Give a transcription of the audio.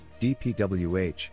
DPWH